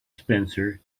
spencer